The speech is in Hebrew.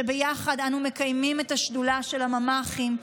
שביחד אנו מקיימות את השדולה של הממ"חים.